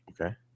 Okay